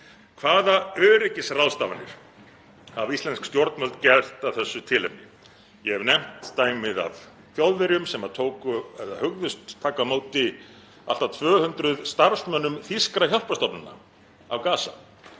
Hvaða öryggisráðstafanir hafa íslensk stjórnvöld gert af þessu tilefni? Ég hef nefnt dæmið af Þjóðverjum sem hugðust taka á móti allt að 200 starfsmönnum þýskra hjálparstofnana af Gaza.